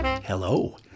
Hello